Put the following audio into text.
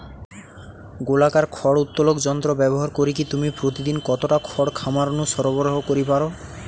গোলাকার খড় উত্তোলক যন্ত্র ব্যবহার করিকি তুমি প্রতিদিন কতটা খড় খামার নু সরবরাহ করি পার?